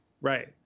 right